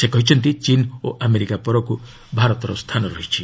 ସେ କହିଛନ୍ତି ଚୀନ୍ ଓ ଆମେରିକା ପରକୁ ଭାରତର ସ୍ଥାନ ରହିଛି